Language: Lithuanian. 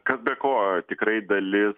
kas be ko tikrai dalis